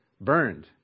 Burned